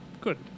Good